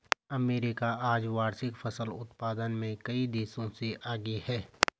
America आज वार्षिक फसल उत्पादन में कई देशों से आगे है